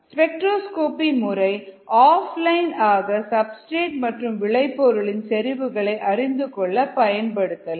spectroscopy முறை offline ஆக substrate மற்றும் விளைபொருள் இன் செறிவுகளை அறிந்துகொள்ள பயன்படுத்தலாம்